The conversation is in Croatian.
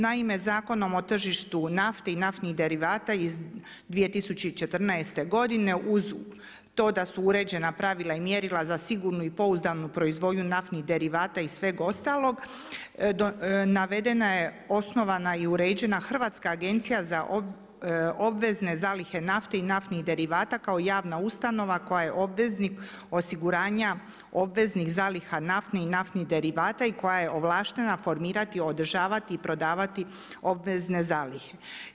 Naime, Zakonom o tržištu nafte i naftnih derivata iz 2014. godine uz to da su uređena pravila i mjerila za sigurnu i pouzdanu proizvodnju naftnih derivata i sveg ostalog navedena je osnovana i uređena Hrvatska agencija za obvezne zalihe nafte i naftnih derivata kao javna ustanova koja je obveznik osiguranja obveznih zaliha nafte i naftnih derivata i koja je ovlaštena formirati, održavati i prodavati obvezne zalihe.